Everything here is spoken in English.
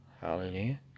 Hallelujah